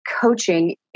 coaching